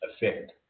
effect